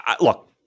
Look